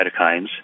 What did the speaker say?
cytokines